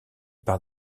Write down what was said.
par